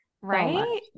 right